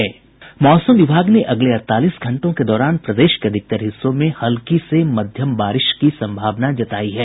मौसम विभाग ने अगले अड़तालीस घंटों के दौरान प्रदेश के अधिकतर हिस्सों में हल्की से मध्यम बारिश की संभावना जतायी है